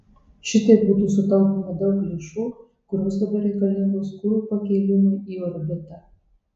šitaip būtų sutaupoma daug lėšų kurios dabar reikalingos kuro pakėlimui į orbitą